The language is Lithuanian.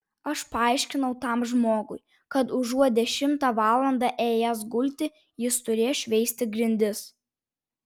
aš paaiškinau tam žmogui kad užuot dešimtą valandą ėjęs gulti jis turės šveisti grindis